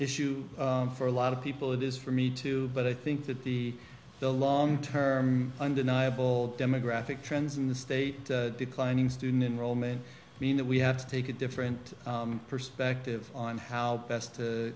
issue for a lot of people it is for me too but i think that the the long term undeniable demographic trends in the state declining student enrollment mean that we have to take a different perspective on how best to